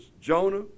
Jonah